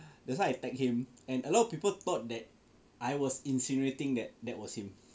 that's why I tagged him and a lot of people thought that I was insinuating that that was him